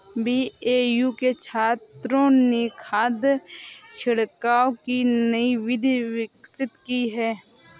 BAU के छात्रों ने खाद छिड़काव की नई विधि विकसित की है